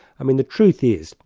i mean, the truth is,